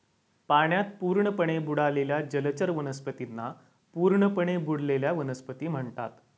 पाण्यात पूर्णपणे बुडालेल्या जलचर वनस्पतींना पूर्णपणे बुडलेल्या वनस्पती म्हणतात